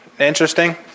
interesting